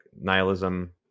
nihilism